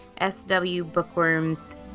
swbookworms